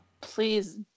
Please